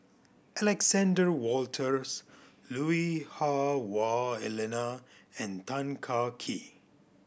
Alexander Wolters Lui Hah Wah Elena and Tan Kah Kee